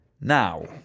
Now